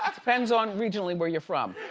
ah depends on regionally where you're from.